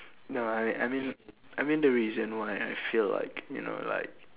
nah I I mean I mean the reason why I feel like you know like